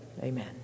Amen